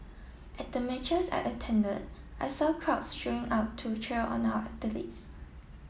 at the matches I attended I saw crowds showing up to cheer on our athletes